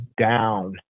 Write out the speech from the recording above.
down